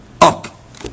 up